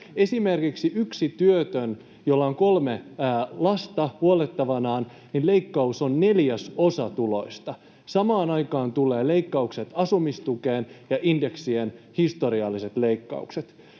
Esimerkiksi yhden työttömän, jolla on kolme lasta huollettavanaan, leikkaus on neljäsosa tuloista. Samaan aikaan tulevat leikkaukset asumistukeen ja indeksien historialliset leikkaukset.